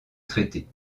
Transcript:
traité